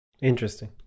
Interesting